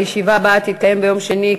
הישיבה הבאה תתקיים ביום שני,